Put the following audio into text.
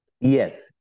Yes